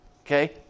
Okay